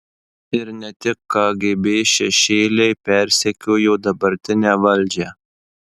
ir ne tik kgb šešėliai persekiojo dabartinę valdžią